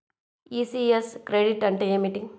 ECS credit అంటే ఏమిటి?